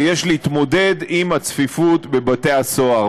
שיש להתמודד עם הצפיפות בבתי-הסוהר.